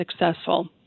successful